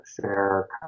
share